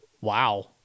Wow